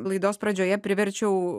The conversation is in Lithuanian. laidos pradžioje priverčiau